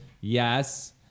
Yes